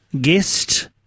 guest